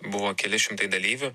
buvo keli šimtai dalyvių